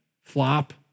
flop